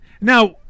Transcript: Now